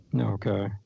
Okay